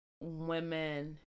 women